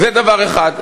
זה דבר אחד.